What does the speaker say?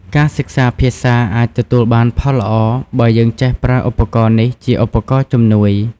ការសិក្សាភាសាអាចទទួលបានផលល្អបើយើងចេះប្រើឧបករណ៍នេះជាឧបករណ៍ជំនួយ។